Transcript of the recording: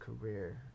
career